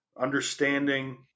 Understanding